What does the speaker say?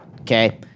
Okay